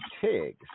Tigs